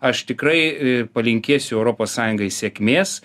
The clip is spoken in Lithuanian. aš tikrai e palinkėsiu europos sąjungai sėkmės